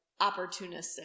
opportunistic